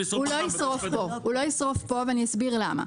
הוא לא ישרוף יום ואני אסביר למה.